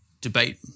debate